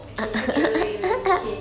okay it's okay don't worry don't worry okay